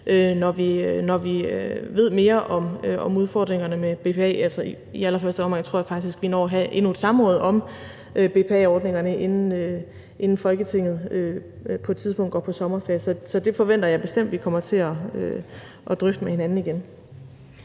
når vi ved mere om udfordringerne med BPA. I allerførste omgang tror jeg faktisk vi når at have endnu et samråd om BPA-ordningerne, inden Folketinget på et tidspunkt går på sommerferie, så det forventer jeg bestemt vi kommer til at drøfte med hinanden igen.